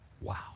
Wow